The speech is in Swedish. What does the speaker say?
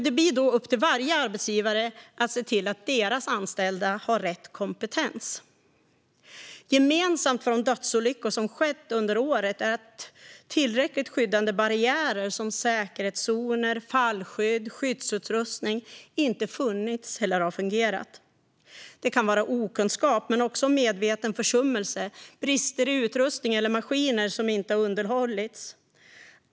Det blir då upp till varje arbetsgivare att se till att deras anställda har rätt kompetens. Gemensamt för de dödsolyckor som har skett under året är att tillräckligt skyddande barriärer, till exempel säkerhetszoner, fallskydd och skyddsutrustning, inte har funnits eller fungerat. Det kan bero på okunskap men också på medveten försummelse, brister i utrustning eller maskiner som inte har underhållits.